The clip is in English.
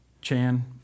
Chan